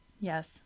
Yes